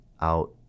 out